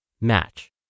Match